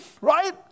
right